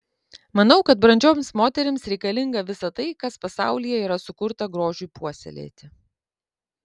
manau kad brandžioms moterims reikalinga visa tai kas pasaulyje yra sukurta grožiui puoselėti